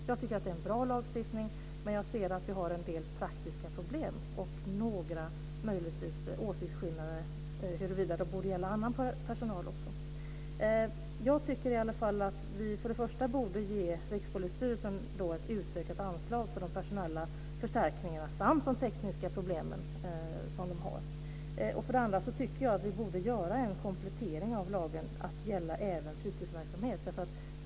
Jag tycker att det är en bra lagstiftning, men jag ser att vi har en del praktiska problem och möjligtvis några åsiktsskillnader huruvida det borde gälla annan personal också. För det första borde vi ge Rikspolisstyrelsen ett utökat anslag för att klara de personella förstärkningarna samt de tekniska problemen. För det andra borde vi komplettera lagen att gälla även fritidsverksamhet.